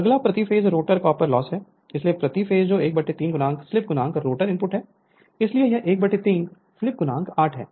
अगला प्रति phase rotor copper loss है इसलिए प्रति फेस जो 13 स्लिप रोटर इनपुट है इसलिए यह 13 स्लिप 8 है